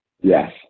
Yes